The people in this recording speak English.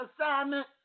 assignment